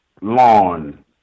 lawn